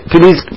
Please